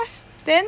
then